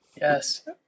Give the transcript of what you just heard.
Yes